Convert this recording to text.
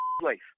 place